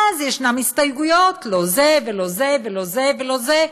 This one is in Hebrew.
אז יש הסתייגויות: לא זה ולא זה ולא זה ולא זה,